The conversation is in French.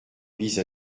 vise